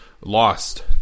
lost